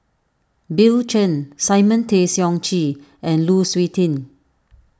Bill Chen Simon Tay Seong Chee and Lu Suitin